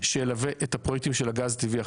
שילווה את הפרויקטים של הגז הטבעי,